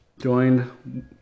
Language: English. joined